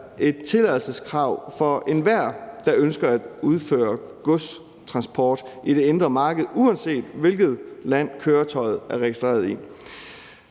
et tilladelseskrav for enhver, der ønsker at udføre godstransport på det indre marked, uanset hvilket land køretøjet er registreret i.